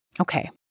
Okay